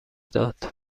داد